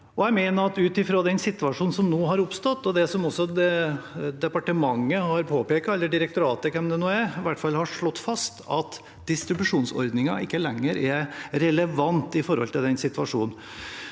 Jeg mener at ut ifra situasjonen som nå har oppstått, og det som også departementet har påpekt – eller direktoratet eller hvem det nå er – er det i hvert fall slått fast at distribusjonsordningen ikke lenger er relevant med tanke på situasjonen.